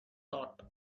thought